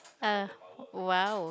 uh !wow!